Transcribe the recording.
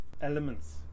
elements